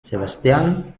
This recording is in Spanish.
sebastián